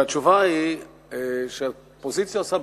התשובה היא שהאופוזיציה עושה,